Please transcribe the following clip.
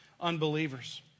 unbelievers